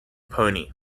pony